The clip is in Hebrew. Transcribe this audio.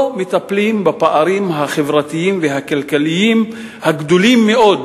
לא מטפלים בפערים החברתיים והכלכליים הגדולים מאוד,